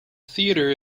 theatre